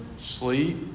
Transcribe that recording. Sleep